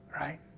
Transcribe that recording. Right